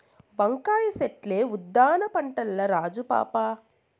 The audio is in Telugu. వంకాయ చెట్లే ఉద్దాన పంటల్ల రాజు పాపా